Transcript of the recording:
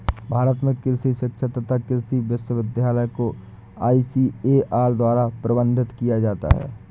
भारत में कृषि शिक्षा तथा कृषि विश्वविद्यालय को आईसीएआर द्वारा प्रबंधित किया जाता है